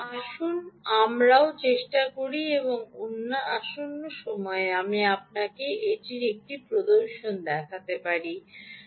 আসুন আমরাও চেষ্টা করে দেখি এবং আসন্ন সময়েও আমি আপনাকে এর একটি প্রদর্শন দেখাতে পারি কিনা